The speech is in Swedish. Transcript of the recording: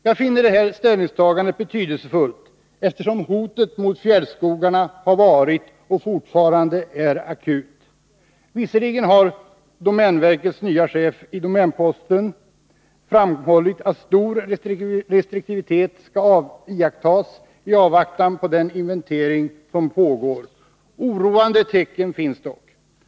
Jag finner detta ställningstagande betydelsefullt, eftersom hotet mot fjällskogarna har varit och fortfarande är akut. Visserligen har domänverkets nye chef i tidningen Domänposten framhållit att stor restriktivitet skall iakttas i avvaktan på den inventering som pågår. Oroande tecken finns dock.